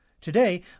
Today